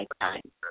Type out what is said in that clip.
lifetime